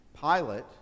Pilate